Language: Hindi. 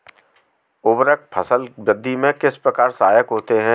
उर्वरक फसल वृद्धि में किस प्रकार सहायक होते हैं?